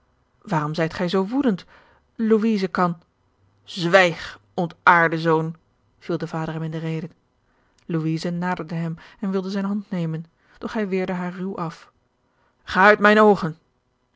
waarom zijt gij zoo woedend louise kan zwijg ontaarde zoon viel de vader hem in de rede louise naderde hem en wilde zijne hand nemen doch hij weerde haar ruw af ga uit mijne oogen